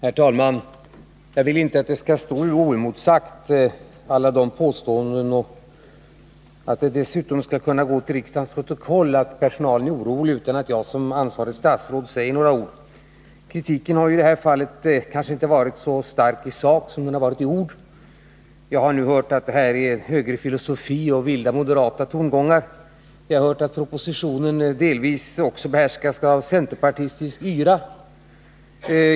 Herr talman! Jag vill inte att alla de påståenden som förts fram här skall stå oemotsagda och inte heller att det skall tas till riksdagens protokoll att personalen är orolig, utan att jag som ansvarigt statsråd säger några ord. Kritiken har kanske inte varit så stark i sak som den har varit i ord. Jag har hört här att propositionen är baserad på en högerfilosofi och att den innehåller vilda moderata tongångar. Jag har hört att propositionen delvis också behärskas av centerpartistisk yra.